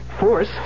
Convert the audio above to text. force